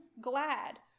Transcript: glad